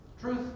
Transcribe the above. Truth